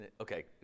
okay